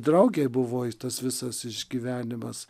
draugei buvo į tas visas išgyvenimas